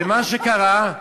ומה שקרה,